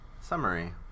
summary